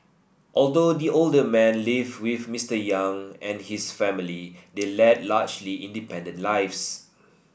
although the older man lived with Mister Yong and his family they led largely independent lives